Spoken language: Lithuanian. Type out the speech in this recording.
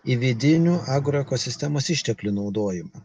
į vidinių agroekosistemos išteklių naudojimą